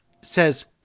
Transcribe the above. says